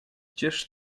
gdzież